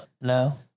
No